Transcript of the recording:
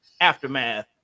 aftermath